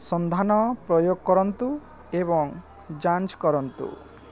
ସନ୍ଧାନ ପ୍ରୟୋଗ କରନ୍ତୁ ଏବଂ ଯାଞ୍ଚ କରନ୍ତୁ